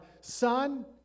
son